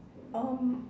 um